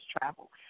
travel